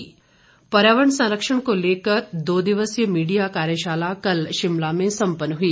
कार्यशाला पर्यावरण संरक्षण को लेकर दो दिवसीय मीडिया कार्यशाला कल शिमला में सम्पन्न हुई